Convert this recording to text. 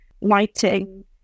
lighting